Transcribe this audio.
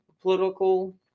political